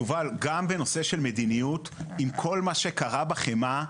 יובל, גם בנושא של מדיניות, עם כל מה שקרה בחמאה,